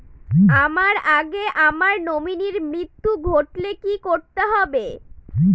আমার আগে আমার নমিনীর মৃত্যু ঘটলে কি করতে হবে?